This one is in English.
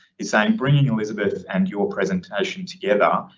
he's saying bringing elizabeth and your presentation together,